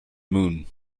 moon